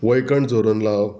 वैखण जोरोन लावप